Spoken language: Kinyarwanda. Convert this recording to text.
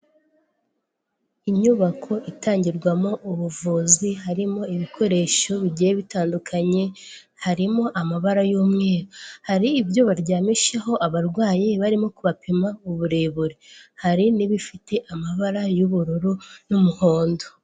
Inyubako itangirwamo ubuvuzi harimo ibikoresho bigiye bitandukanye, harimo amabara y'umweru. Hari ibyo baryamishaho abarwayi barimo kubapima uburebure, hari n'ibifite amabara y'ubururu n'umuhondo.